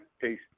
Peace